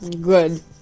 Good